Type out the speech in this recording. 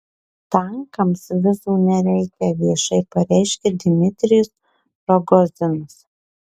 tankams vizų nereikia viešai pareiškia dmitrijus rogozinas